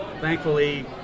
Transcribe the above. thankfully